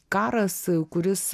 karas kuris